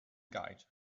guide